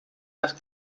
las